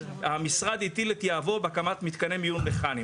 המשרד הטיל את יהבו בהקמת מתקני מיון מכניים.